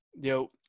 yo